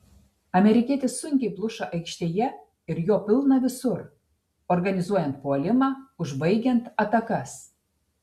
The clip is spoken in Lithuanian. amerikietis sunkiai pluša aikštėje ir jo pilna visur organizuojant puolimą užbaigiant atakas